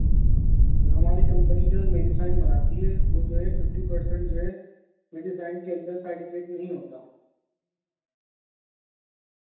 جی ہماری کمپنی جو میڈیسائن بناتی ہے وہ جو ہے ففٹی پرسینٹ جو ہے میڈیسائن کے اندر سائڈ افیکٹ نہیں ہوتا